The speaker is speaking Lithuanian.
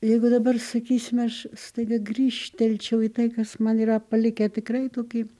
jeigu dabar sakysime aš staiga grįžtelčiau į tai kas man yra palikę tikrai tokį